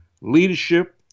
leadership